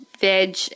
veg